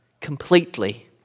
completely